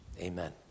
Amen